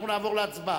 אנחנו נעבור להצבעה.